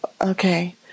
okay